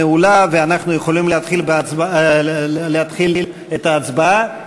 נעולה, ואנחנו יכולים להתחיל את ההצבעה.